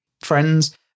friends